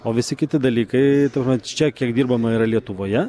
o visi kiti dalykai vat čia kiek dirbama yra lietuvoje